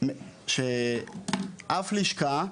אף לשכה,